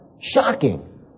Shocking